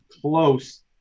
close